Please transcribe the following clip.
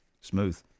Smooth